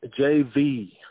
JV